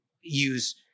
use